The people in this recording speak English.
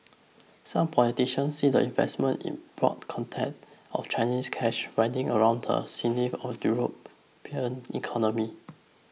some politicians see the investment in broad context of Chinese cash winding around the sinews of European economy